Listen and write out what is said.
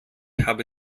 habe